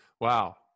wow